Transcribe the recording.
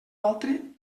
altre